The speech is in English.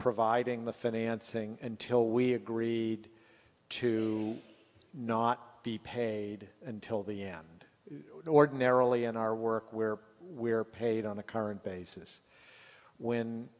providing the financing until we agreed to not be paid until the end ordinarily in our work where we are paid on the current basis when